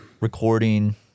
recording